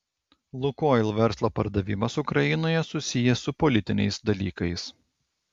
lukoil verslo pardavimas ukrainoje susijęs su politiniais dalykais